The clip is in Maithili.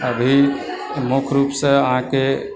अभी मुख्य रुपसँ अहाँकेँ